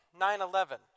9-11